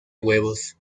huevos